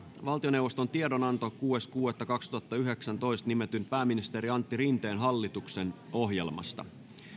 valtioneuvoston tiedonanto kuudes kuudetta kaksituhattayhdeksäntoista nimitetyn pääministeri antti rinteen hallituksen ohjelmasta